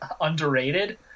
underrated